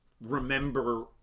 remember